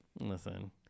Listen